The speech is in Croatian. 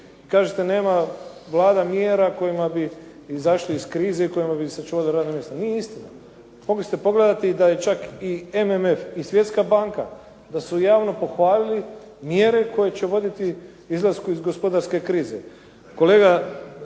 Kažete nema Vlada mjera kojima bi izašli iz krize i kojima bi sačuvali radna mjesta. Nije istina. Mogli ste pogledati da je čak i MMF, i Svjetska banka, da su javno pohvalili mjere koje će voditi izlasku iz gospodarske krize. Kolega,